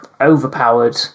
Overpowered